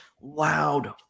loud